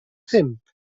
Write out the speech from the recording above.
pump